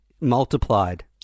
multiplied